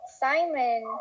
Simon